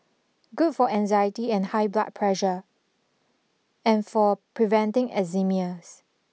good for anxiety and high blood pressure and for preventing enzymias